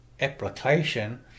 application